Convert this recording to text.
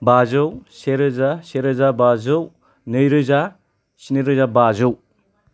बाजौ सेरोजा सेरोजा बाजौ नैरोजा स्निरोजा बाजौ